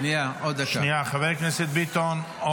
סליחה, חבר הכנסת ביטון.